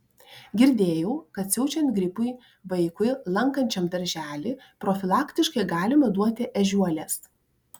girdėjau kad siaučiant gripui vaikui lankančiam darželį profilaktiškai galima duoti ežiuolės